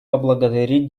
поблагодарить